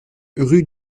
rue